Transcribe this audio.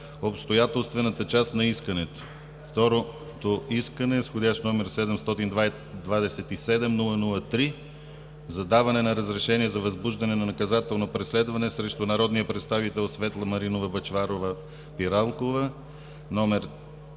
обстоятелствената част на искането. Второто искане с вх. № 727-00-3 - за даване на разрешение за възбуждане на наказателно преследване срещу народния представител Светла Маринова Бъчварова-Пиралкова,